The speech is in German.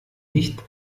nicht